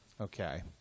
okay